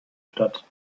statt